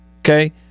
Okay